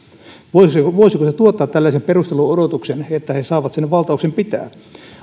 voisiko voisiko se tuottaa tällaisen perustellun odotuksen että he saavat sen valtauksen pitää